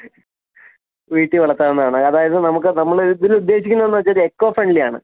വീട്ടിൽ വളർത്താവുന്നതാണ് അതായത് നമുക്ക് നമ്മള് ഇവരുദ്ദേശിക്കുന്നത് എന്തെന്നു വെച്ചാല് എക്കോ ഫ്രണ്ട്ലി ആണ്